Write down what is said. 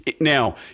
Now